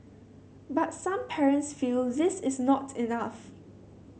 but some parents feel this is not enough